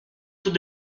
tout